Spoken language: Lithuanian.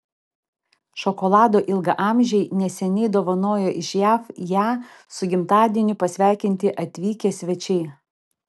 šokolado ilgaamžei neseniai dovanojo iš jav ją su gimtadieniu pasveikinti atvykę svečiai